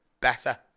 better